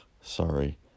sorry